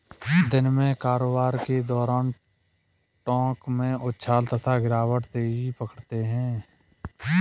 दिन में कारोबार के दौरान टोंक में उछाल तथा गिरावट तेजी पकड़ते हैं